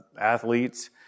athletes